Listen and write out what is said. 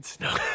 No